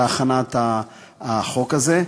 בהכנת החוק הזה.